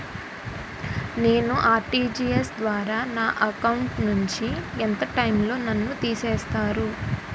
నేను ఆ.ర్టి.జి.ఎస్ ద్వారా నా అకౌంట్ నుంచి ఎంత టైం లో నన్ను తిసేస్తారు?